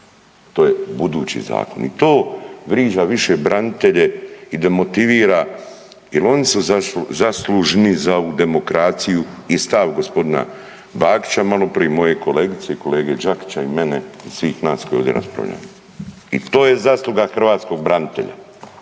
To je budući zakon i to vriđa više branitelje i demotivira jer oni su zaslužni za ovu demokraciju i stav gospodina Bakića malo prije, moje kolege Đakića i mene i svih nas koji ovdje raspravljamo i to je zasluga hrvatskog branitelja